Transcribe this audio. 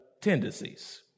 tendencies